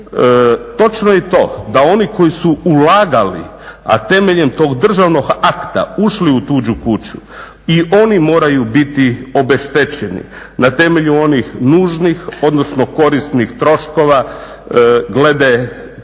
Točno je i to da oni koji su ulagali, a temeljem tog državno akta ušli u tuđu kunu i oni moraju biti obeštećeni, na temelju onih nužnih odnosno korisnih troškova glede